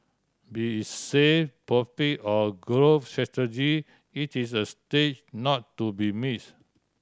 be it sale profit or growth strategy it is a stage not to be miss